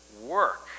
work